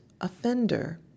offender